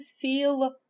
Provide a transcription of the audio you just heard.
feel